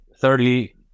thirdly